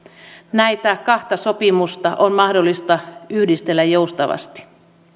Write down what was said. näitä kahta sopimusta on mahdollista yhdistellä joustavasti